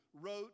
wrote